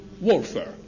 warfare